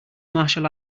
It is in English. martial